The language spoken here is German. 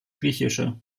griechische